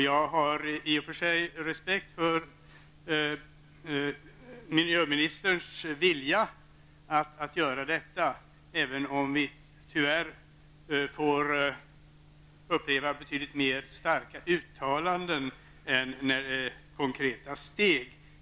Jag har i och för sig respekt för miljöministerns vilja att göra detta, även om vi tyvärr får uppleva betydligt mer av starka uttalanden än konkreta steg.